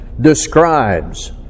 describes